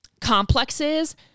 complexes